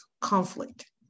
conflict